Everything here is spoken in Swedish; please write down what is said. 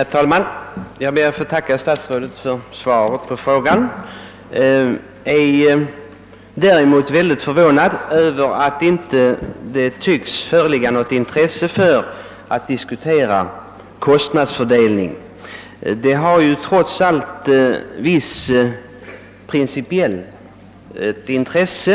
Herr talman! Jag ber att få tacka statsrådet för svaret. Jag är mycket förvånad över att det inte tycks föreligga något intresse för att diskutera frågan om kostnadsfördelningen; denna har trots allt ett visst principiellt intresse